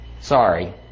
Sorry